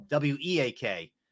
WEAK